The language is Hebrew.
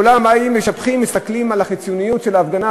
כולם באים ומשבחים ומסתכלים על החיצוניות של ההפגנה.